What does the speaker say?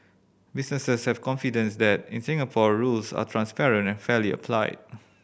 businesses have confidence that in Singapore rules are transparent and fairly applied